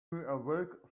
awoke